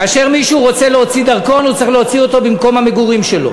כאשר מישהו רוצה להוציא דרכון הוא צריך להוציא אותו במקום המגורים שלו,